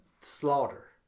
slaughter